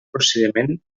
procediment